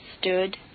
stood